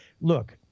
look